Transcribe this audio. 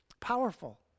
Powerful